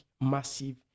massive